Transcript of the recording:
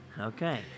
okay